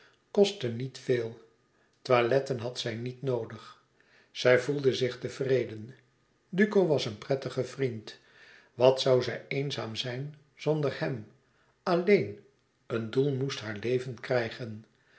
kostte niet veel toiletten had zij niet noodig zij voelde zich tevreden duco was een prettige vriend wat zoû zij eenzaam zijn zonder hem alleen een doel moest e ids aargang leven krijgen